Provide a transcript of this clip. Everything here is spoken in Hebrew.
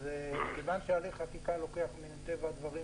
אז כיוון שהליך חקיקה לוקח זמן,